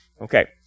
Okay